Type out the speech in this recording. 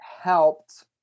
helped